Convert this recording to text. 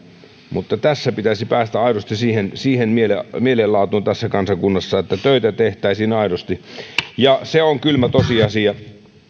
mutta tässä pitäisi päästä siihen siihen mielenlaatuun tässä kansakunnassa että töitä tehtäisiin aidosti kylmä tosiasia